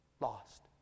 lost